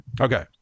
Okay